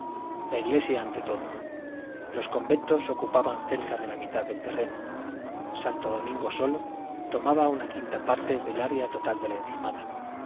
la iglesia ante todo los conventos ocupaban cerca de la mitad del terreno santo domingo solo tomaba una quinta parte del área total de la encimada